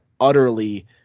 utterly